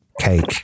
Cake